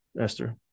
Esther